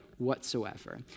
Whatsoever